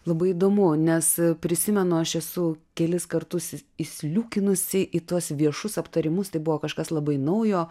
labai įdomu nes prisimenu aš esu kelis kartus įsliūkinusi į tuos viešus aptarimus tai buvo kažkas labai naujo